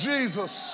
Jesus